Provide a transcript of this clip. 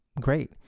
great